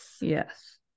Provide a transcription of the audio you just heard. yes